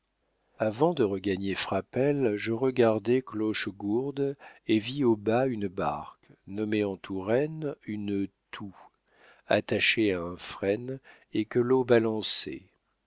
avant de regagner frapesle je regardai clochegourde et vis au bas une barque nommée en touraine une toue attachée à un frêne et que l'eau balançait